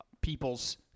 people's